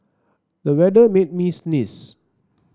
the weather made me sneeze